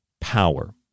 power